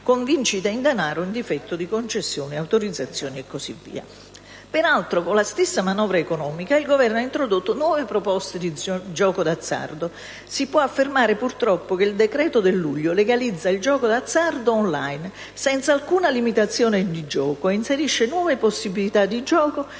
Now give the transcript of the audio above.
con la stessa manovra economica il Governo ha introdotto nuove proposte di gioco d'azzardo. Si può affermare, purtroppo, che il decreto di luglio legalizza il gioco d'azzardo *on line* senza alcuna limitazione di gioco e inserisce nuove possibilità di gioco che possono